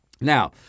Now